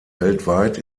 weltweit